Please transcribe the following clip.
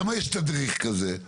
למה יש תדריך כזה?